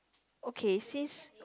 okay since